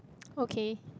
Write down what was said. okay